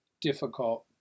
difficult